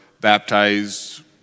baptized